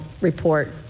report